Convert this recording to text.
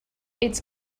its